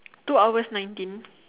two hour nineteen